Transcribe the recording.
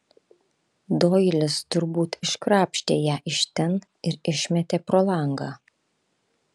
doilis turbūt iškrapštė ją iš ten ir išmetė pro langą